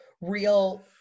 real